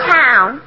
town